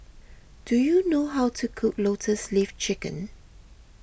do you know how to cook Lotus Leaf Chicken